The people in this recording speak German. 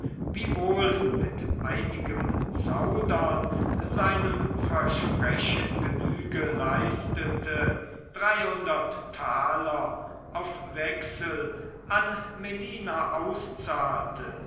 wiewohl mit einigem zaudern seinem versprechen genüge leistete dreihundert taler auf wechsel an melina